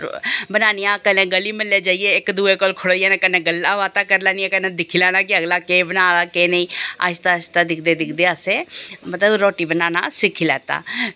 बनानियां कन्नै गली म्हल्लै जाइयै इक दुए कोल खड़ोई जाना कन्नै गल्लां बातां करी लैनियां कन्नै दिक्खी लैना कि अगला केह् बना दा केह् नेईं आस्तै आस्तै दिखदे दिखदे असें मतलब रुट्टी बनाना सिक्खी लैता फ्ही